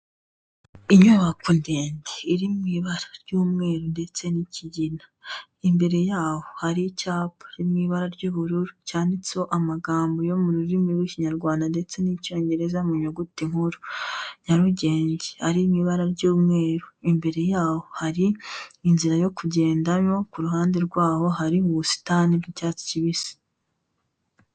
Inyubako ndende irimo ibara ry'umweru ndetse n'ikigina, imbere yaho hari icyapa kirimo ibara ry'ubururu, cyanditseho amagambo yo mu rurimi rw'Ikinyarwanda ndetse n'icyongereza mu nyuguti nkuru, Nyarugenge harimo ibara ry'umweru, imbere yaho hari inzira yo kugendamo, inyuma yaho harimo ubusitani by'icyatsi kibisi.